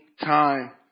time